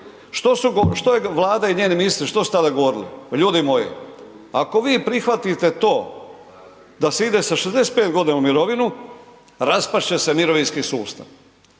što je Vlada i njeni ministri što su tada govorili. Pa ljudi moji, ako vi prihvatite da se ide sa 65 godina u mirovinu raspast će mirovinski sustav.